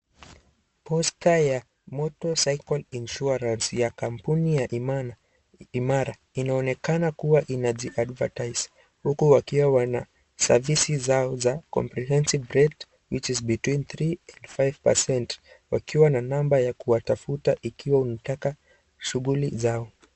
Poster ya motorcycle insurance ya kampuni ya Imara, Imana inaonekana kuwa inajiadvertise , huku wakiwa wana savici zao za comprehensive rate which is between three and five percent wakiwa na namba ya kuwatafuta ikiwa unataka shughuli zao.